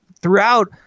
throughout